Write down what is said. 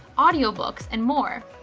audio books and more.